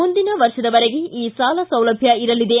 ಮುಂದಿನ ವರ್ಷದವರೆಗೆ ಈ ಸೌಲಭ್ಯ ಇರಲಿದೆ